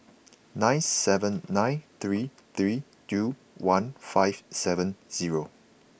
nine seven nine three three two one five seven zero